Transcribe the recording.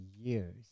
years